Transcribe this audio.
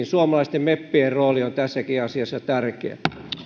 suomalaisten meppien rooli on tässäkin asiassa tärkeä